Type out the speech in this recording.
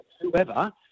whoever